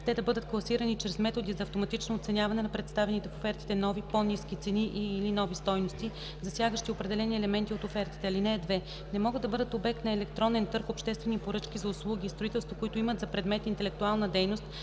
те да бъдат класирани чрез методи за автоматично оценяване на представените в офертите нови, по-ниски цени и/или нови стойности, засягащи определени елементи от офертите. (2) Не могат да бъдат обект на електронен търг обществени поръчки за услуги и строителство, които имат за предмет интелектуална дейност,